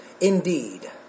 indeed